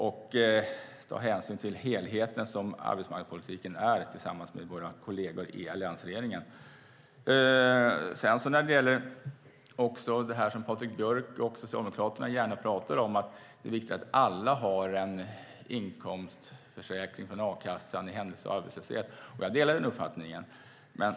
Vi måste ta hänsyn till den helhet som arbetsmarknadspolitiken är tillsammans med våra kolleger i alliansregeringen. Patrik Björck och Socialdemokraterna pratar gärna om att det är viktigt att alla har en inkomstförsäkring från a-kassan i händelse av arbetslöshet. Jag delar den uppfattningen.